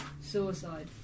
suicide